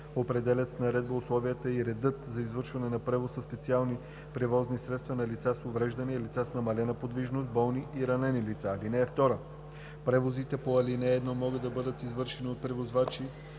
определят с наредба условията и реда за извършване на превоз със специални превозни средства на лица с увреждания, лица с намалена подвижност, болни и ранени лица. (2) Превозите по ал. 1 могат да бъдат извършвани от превозвачи,